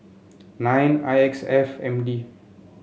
nine I X F M D